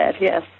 yes